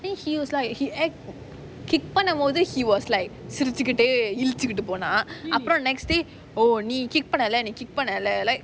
then he was like he act kick பண்ணும்போது:panumpothu he was like சிரிச்சிகிட்டயே ஈலிச்சிக்கிட்டு போனான் அப்புறம்:sirichikitae eelichikitu ponaan appuram next day நீ:nee kick பண்ணல:pannala kick பண்ணல:pannala like